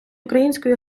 української